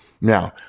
Now